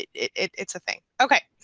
it's a thing. okay.